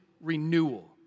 renewal